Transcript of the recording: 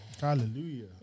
Hallelujah